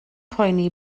poeni